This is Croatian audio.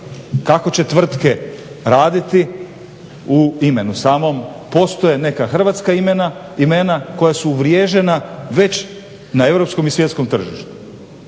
kako će tvrtke raditi. u imenu samom postoje neka hrvatska imena, imena koja su uvriježena već na europskom i svjetskom tržištu.